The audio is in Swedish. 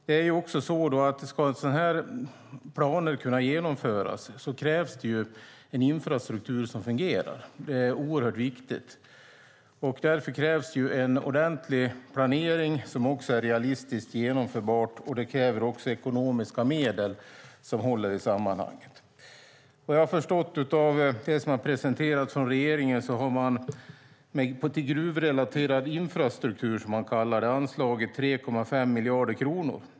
Om sådana planer ska kunna genomföras krävs det en infrastruktur som fungerar. Det är oerhört viktigt. Därför krävs en ordentlig planering som också är realistisk och genomförbar. Det krävs också ekonomiska medel som håller i sammanhanget. Vad jag har förstått av det som har presenterats från regeringen har man till gruvrelaterad infrastruktur, som man kallar det, anslagit 3,5 miljarder kronor.